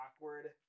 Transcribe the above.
awkward